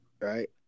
right